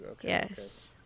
yes